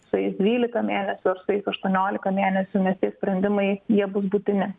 sueis dvylika mėnesių ar sueis aštuoniolika mėnesių nes tie sprendimai jie bus būtini